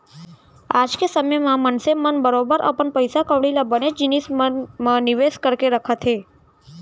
आज के समे म मनसे मन बरोबर अपन पइसा कौड़ी ल बनेच जिनिस मन म निवेस करके रखत हें